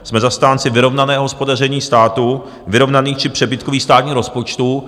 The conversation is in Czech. Jsme zastánci vyrovnaného hospodaření státu, vyrovnaných či přebytkových státních rozpočtů.